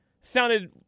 Sounded